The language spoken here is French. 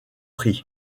prix